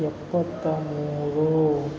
ಎಪ್ಪತ್ತ ಮೂರು